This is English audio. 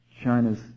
china's